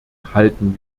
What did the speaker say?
halten